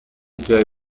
جای